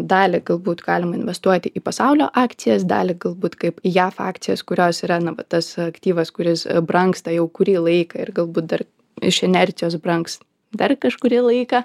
dalį galbūt galima investuoti į pasaulio akcijas dalį galbūt kaip į jav akcijas kurios yra tas aktyvas kuris brangsta jau kurį laiką ir galbūt dar iš inercijos brangs dar kažkurį laiką